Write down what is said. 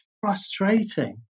frustrating